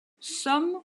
some